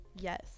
yes